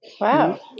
wow